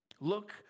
Look